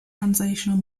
translational